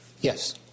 Yes